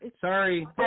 Sorry